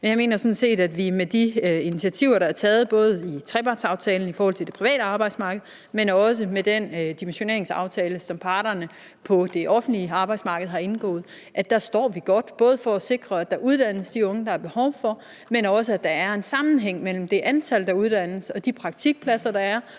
Jeg mener sådan set, at vi med de initiativer, der er taget, både i trepartsaftalen i forhold til det private arbejdsmarked, men også med den dimensioneringsaftale, som parterne på det offentlige arbejdsmarked har indgået, står godt, både til at sikre, at der uddannes de unge, der er behov for, men også så der er en sammenhæng mellem det antal, der uddannes, og de praktikpladser, der er